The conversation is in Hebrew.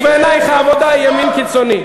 ובעינייך העבודה היא ימין קיצוני.